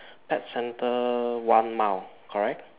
pet center one mile correct